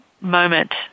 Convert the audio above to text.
moment